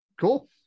Cool